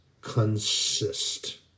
consist